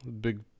Big